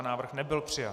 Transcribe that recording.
Návrh nebyl přijat.